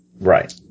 Right